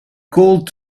called